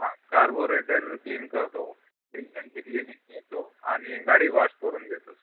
हा carburettor clean करतो इंजिनची क्लीिनिंग करतो आणि गाडी वॉश करून देतो सर